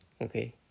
Okay